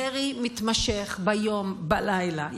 ירי מתמשך ביום ובלילה,